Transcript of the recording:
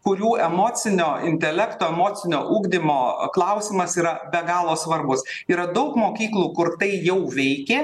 kurių emocinio intelekto emocinio ugdymo klausimas yra be galo svarbus yra daug mokyklų kur tai jau veikė